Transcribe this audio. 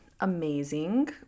amazing